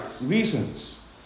reasons